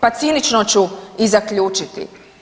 Pa cinično ću i zaključiti.